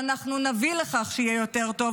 ואנחנו נביא לכך שיהיה יותר טוב,